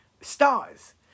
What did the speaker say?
stars